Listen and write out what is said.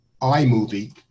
iMovie